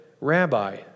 Rabbi